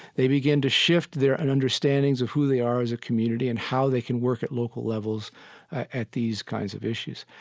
they begin to shift their understandings of who they are as a community and how they can work at local levels at these kinds of issues.